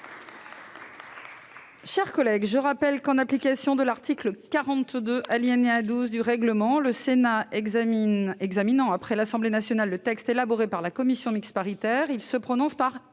paritaire. Je rappelle que, en application de l'article 42, alinéa 12, du règlement, le Sénat examinant après l'Assemblée nationale le texte élaboré par la commission mixte paritaire, il se prononce par